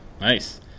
nice